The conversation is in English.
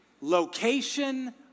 Location